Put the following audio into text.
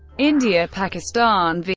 india, pakistan,